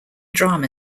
drama